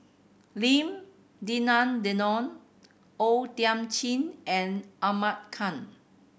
Lim Denan Denon O Thiam Chin and Ahmad Khan